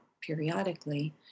periodically